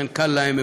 ולכן קל להם.